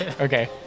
Okay